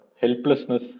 helplessness